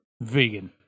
vegan